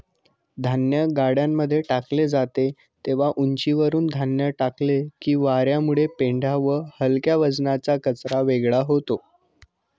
धान्य गाड्यांमध्ये टाकले जाते तेव्हा उंचीवरुन धान्य टाकले की वार्यामुळे पेंढा व हलक्या वजनाचा कचरा वेगळा होतो